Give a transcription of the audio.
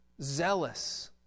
zealous